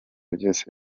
byose